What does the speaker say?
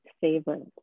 favorite